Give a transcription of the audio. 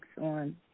on